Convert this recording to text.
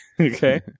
Okay